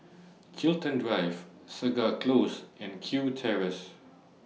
Chiltern Drive Segar Close and Kew Terrace